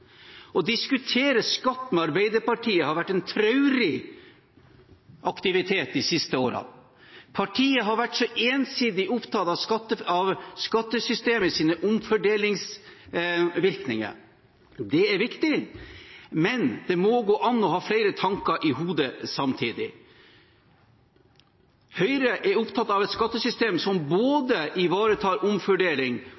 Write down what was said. Å diskutere skatt med Arbeiderpartiet har vært en traurig aktivitet de siste årene. Partiet har vært ensidig opptatt av omfordelingsvirkningene i skattesystemet. De er viktige, men det må gå an å ha flere tanker i hodet samtidig. Høyre er opptatt av et skattesystem som både ivaretar omfordeling